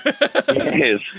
Yes